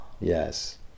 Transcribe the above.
Yes